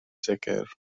sicr